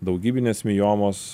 daugybinės miomos